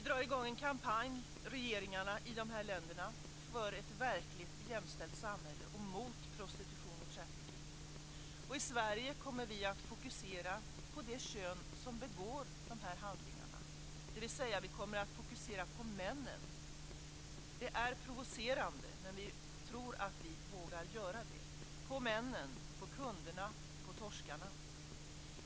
Regeringarna i dessa länder drar i gång en kampanj för ett verkligt jämställt samhälle och mot prostitution och trafficking. I Sverige kommer vi att fokusera på det kön som begår dessa handlingar, dvs. på männen - det är provocerande, men vi tror att vi vågar att göra det - på kunderna, på torskarna.